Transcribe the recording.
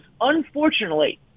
Unfortunately